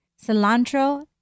cilantro